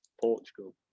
Portugal